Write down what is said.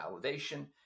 validation